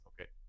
okay